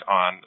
on